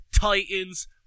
Titans